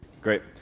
great